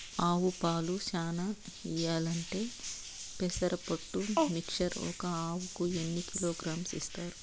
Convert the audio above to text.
ఆవులు పాలు చానా ఇయ్యాలంటే పెసర పొట్టు మిక్చర్ ఒక ఆవుకు ఎన్ని కిలోగ్రామ్స్ ఇస్తారు?